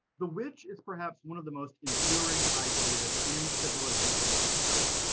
the witch is perhaps one of the most enduring ideas in civilization itself,